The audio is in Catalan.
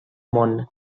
món